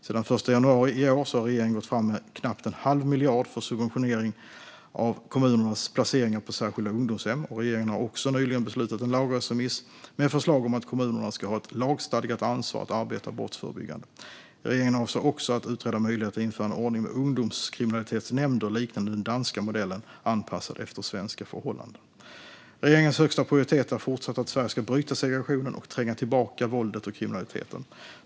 Sedan den 1 januari i år har regeringen gått fram med knappt en halv miljard för subventionering av kommunernas placeringar på särskilda ungdomshem. Regeringen har också nyligen beslutat om en lagrådsremiss med förslag om att kommunerna ska ha ett lagstadgat ansvar att arbeta brottsförebyggande. Regeringen avser också att utreda möjligheten att införa en ordning med ungdomskriminalitetsnämnder liknande den danska modellen, anpassad efter svenska förhållanden. Regeringens högsta prioritet är fortsatt att Sverige ska bryta segregationen och tränga tillbaka våldet och kriminaliteten.